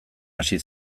hasi